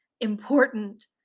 important